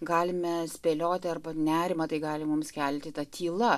galime spėlioti arba nerimą tai gali mums kelti tą tyla